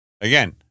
Again